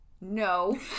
No